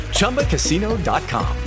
ChumbaCasino.com